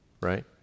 Right